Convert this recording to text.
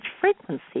frequency